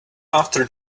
after